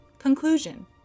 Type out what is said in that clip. Conclusion